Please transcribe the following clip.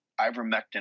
ivermectin